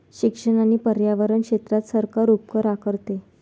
शिक्षण आणि पर्यावरण क्षेत्रात सरकार उपकर आकारते